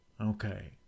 Okay